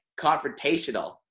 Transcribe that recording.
confrontational